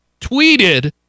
tweeted